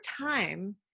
time